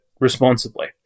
responsibly